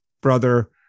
brother